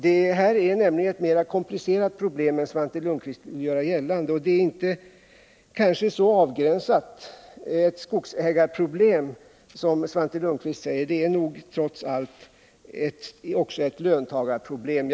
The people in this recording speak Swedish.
Det här är nämligen ett mera komplicerat problem än vad Svante Lundkvist vill göra gällande, och det kanske inte är ett så avgränsat skogsägarproblem som Svante Lundkvist säger. Trots allt är det nog också ett löntagarproblem.